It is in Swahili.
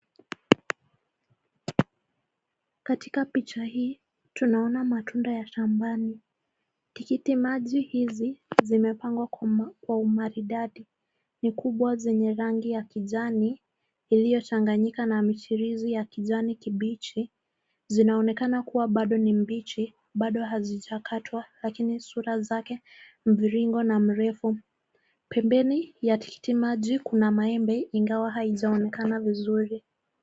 Katika picha hii tunaona matunda ya shambani. Tikiti maji hizi zimepangwa kwa umaridadi, ni kubwa zenye rangi ya kijani iliyochanganyika na michirizi ya kijani kibichi. Zinaoneka kuwa bado ni mbichi bado hazijakatwa lakini sura zake mviringo na mrefu. Pembeni ya tikiti maji kuna maembe ingawa haijaonekana vizurii.